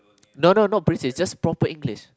no no no British just proper English